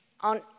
on